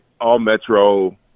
All-Metro